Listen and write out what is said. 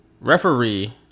referee